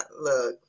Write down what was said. look